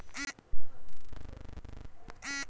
bank अइसन जगह होला जहां आदमी वित्तीय लेन देन कर जाला